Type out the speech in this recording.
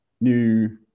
new